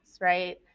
right